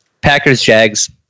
Packers-Jags